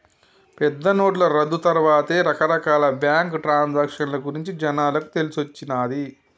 పెద్దనోట్ల రద్దు తర్వాతే రకరకాల బ్యేంకు ట్రాన్సాక్షన్ గురించి జనాలకు తెలిసొచ్చిన్నాది